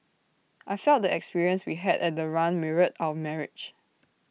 I felt the experience we had at the run mirrored our marriage